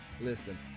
Listen